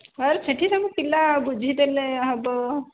ହଁ ସେଇଠି ପିଲା ସବୁ ବୁଝିଦେଲେ ହେବ